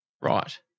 right